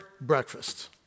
breakfast